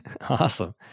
Awesome